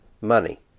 money